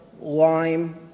lime